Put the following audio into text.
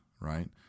right